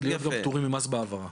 כי הם יהיו פטורים ממס בהעברה.